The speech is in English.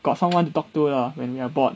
got someone to talk to lah when you're bored